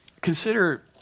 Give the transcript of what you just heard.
Consider